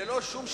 ללא שום שיקולים,